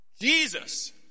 Jesus